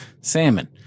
salmon